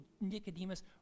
Nicodemus